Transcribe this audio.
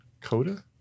CODA